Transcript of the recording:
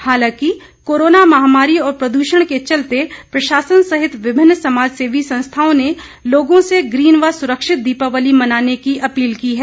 हालांकि कोरोना महामारी और प्रद्षण के चलते प्रशासन सहित विभिन्न समाजसेवी संस्थाओं ने लोगों से ग्रीन व सुरक्षित दीपावली मनाने की अपील की है